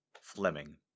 Fleming